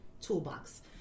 toolbox